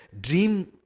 dream